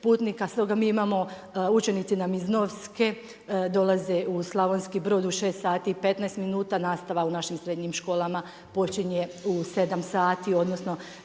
putnika, stoga mi imamo, učenici nam iz Novske dolaze u Slavonski Brod u 6,15, nastava u našim srednjim školama počinje u 7,00 sati, odnosno